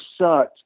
sucked